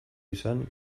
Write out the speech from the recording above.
izan